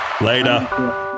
Later